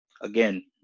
Again